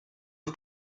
auf